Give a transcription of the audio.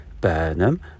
Burnham